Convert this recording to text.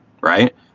Right